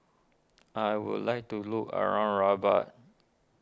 I would like to look around Rabat